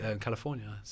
California